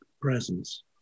presence